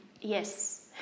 Yes